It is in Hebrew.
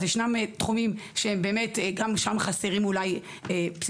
אז ישנם תחומים שבאמת גם שם חסרים אולי פסיכולוגים,